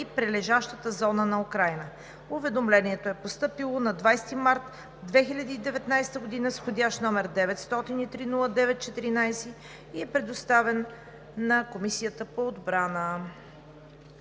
прилежащата зона на Украйна. Уведомлението е постъпило на 20 март 2019 г. с вх. № 903-09-14 и е предоставено на Комисията по отбрана.